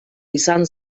izan